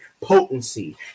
potency